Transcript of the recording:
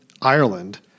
Ireland